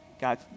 God